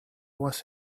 was